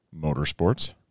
Motorsports